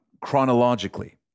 chronologically